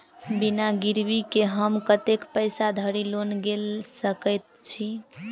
बिना गिरबी केँ हम कतेक पैसा धरि लोन गेल सकैत छी?